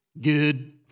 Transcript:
good